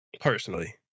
Personally